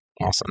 Awesome